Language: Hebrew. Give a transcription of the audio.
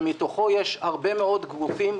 ובתוכו יש הרבה מאוד גופים,